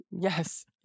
Yes